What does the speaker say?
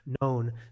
known